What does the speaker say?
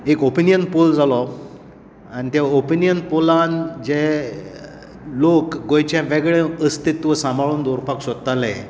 एक opinion poll जालो आनी ते ओपिनीयन पोलान जे लोक गोंयचे वेगळे अस्तित्व साबांळूक दवरपाक सोदताले